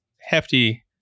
hefty